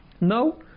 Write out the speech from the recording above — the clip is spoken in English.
No